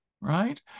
right